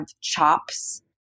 chops